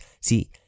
See